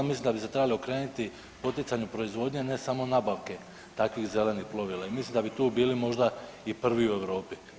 Mislim da bi se trebali okrenuti poticanju proizvodnji, a ne samo nabavke takvih zelenih plovila i mislim da bi tu bili možda i prvi u Europi.